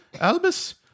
Albus